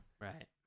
Right